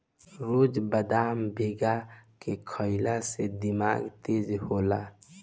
रोज बदाम भीगा के खइला से दिमाग तेज होला